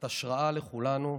את השראה לכולנו.